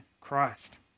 Christ